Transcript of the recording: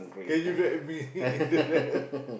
can you drag me in the van